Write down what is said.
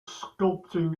sculpting